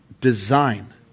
design